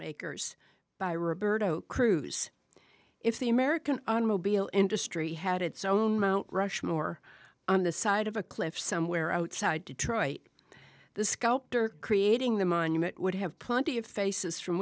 makers by roberto cruz if the american automobile industry had its own mt rushmore on the side of a cliff somewhere outside detroit the sculptor creating the monument would have plenty of faces from